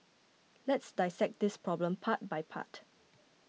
let's dissect this problem part by part